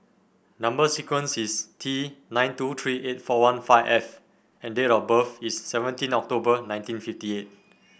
number sequence is T nine two three eight four one five F and date of birth is seventeen October nineteen fifty eight